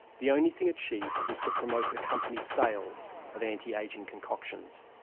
the only thing achieved was to promote her company's sales of anti-ageing concoctions.